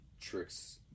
tricks